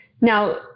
Now